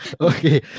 Okay